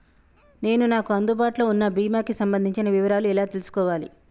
నేను నాకు అందుబాటులో ఉన్న బీమా కి సంబంధించిన వివరాలు ఎలా తెలుసుకోవాలి?